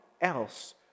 else